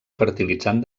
fertilitzant